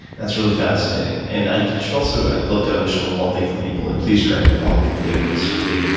that's really fascinating. and i should also i'd love to underscore one thing for people. and please correct me, pavel, if i'm getting this incorrect,